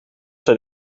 zijn